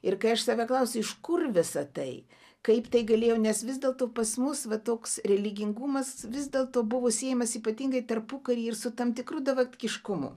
ir kai aš save klausiu iš kur visa tai kaip tai galėjo nes vis dėl to pas mus va toks religingumas vis dėlto buvo siejamas ypatingai tarpukaryje ir su tam tikru davatkiškumu